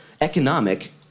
economic